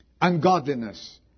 Ungodliness